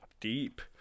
Deep